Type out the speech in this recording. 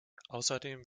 außerdem